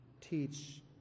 teach